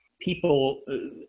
people